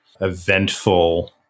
eventful